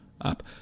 up